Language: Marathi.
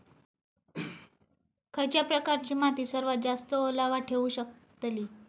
खयच्या प्रकारची माती सर्वात जास्त ओलावा ठेवू शकतली?